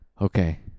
okay